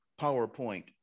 powerpoint